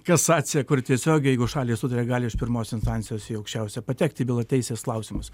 kasacija kuri tiesiogiai jeigu šalys sutaria gali iš pirmos instancijos į aukščiausią patekti byla teisės klausimas